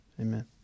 Amen